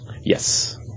Yes